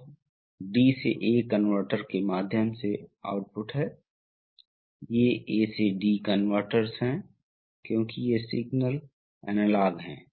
आगे आप इसे संचालित करते हैं हम कहते हैं कि आप बाएं सिलेंडर का संचालन करते हैं